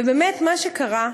ובאמת, מה שקרה,